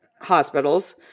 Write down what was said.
hospitals